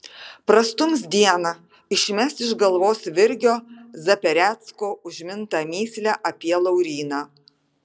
prastums dieną išmes iš galvos virgio zaperecko užmintą mįslę apie lauryną